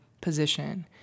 position